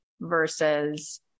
versus